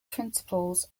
principals